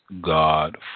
God